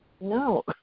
no